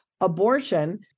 abortion